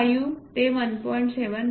5 ते 1